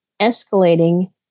escalating